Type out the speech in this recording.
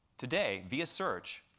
today, via search,